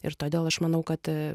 ir todėl aš manau kad